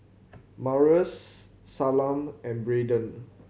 Marius Salma and Braiden